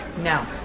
No